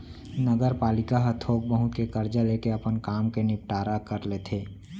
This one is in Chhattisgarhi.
नगरपालिका ह थोक बहुत के करजा लेके अपन काम के निंपटारा कर लेथे